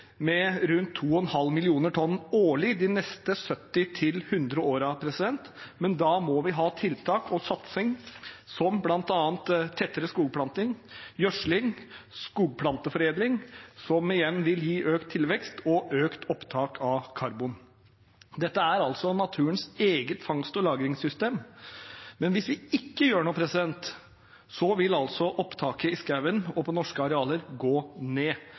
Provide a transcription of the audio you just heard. med rundt 2,5 millioner tonn årlig de neste 70–100 årene. Men da må vi ha tiltak og satsing, som bl.a. tettere skogplanting, gjødsling og skogplanteforedling, som igjen vil gi økt tilvekst og økt opptak av karbon. Dette er naturens eget fangst- og lagringssystem. Hvis vi ikke gjør noe, vil opptaket i skogen og på norske arealer gå ned.